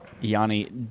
Yanni